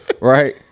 right